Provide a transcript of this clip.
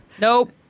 nope